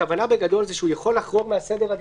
הכוונה בגדול זה שהוא יכול לחרוג מסדר העדיפות,